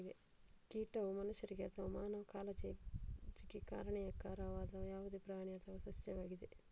ಕೀಟವು ಮನುಷ್ಯರಿಗೆ ಅಥವಾ ಮಾನವ ಕಾಳಜಿಗೆ ಹಾನಿಕಾರಕವಾದ ಯಾವುದೇ ಪ್ರಾಣಿ ಅಥವಾ ಸಸ್ಯವಾಗಿದೆ